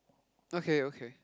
okay okay